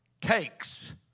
takes